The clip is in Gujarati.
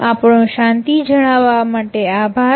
આપનો શાંતિ જાળવવા માટે આભાર